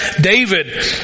David